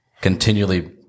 continually